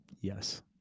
Yes